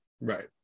right